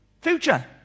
future